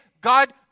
God